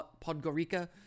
Podgorica